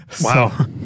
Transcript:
Wow